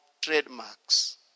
trademarks